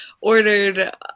ordered